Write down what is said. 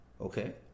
Okay